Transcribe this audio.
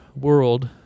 world